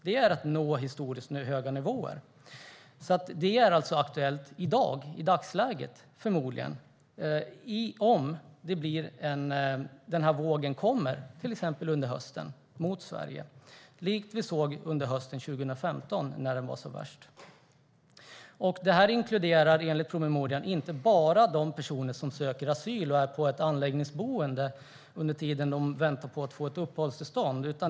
Det är att nå historiskt höga nivåer, så det blir förmodligen aktuellt om det till exempel kommer en flyktingvåg till Sverige under hösten, likt den vi såg under hösten 2015 när det var som värst. Enligt promemorian inkluderas inte bara de personer som söker asyl och är på ett anläggningsboende under tiden de väntar på att få ett uppehållstillstånd.